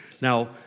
Now